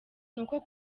nuko